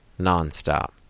nonstop